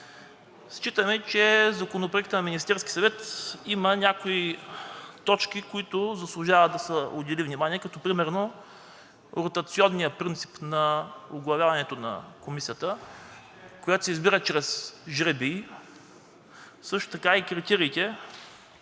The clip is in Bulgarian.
Считаме, че Законопроектът на Министерския съвет има някои точки, на които заслужава да се отдели внимание, като например ротационният принцип на оглавяването на Комисията, която се избира чрез жребий, а също така и критериите